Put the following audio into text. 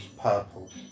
purple